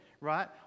right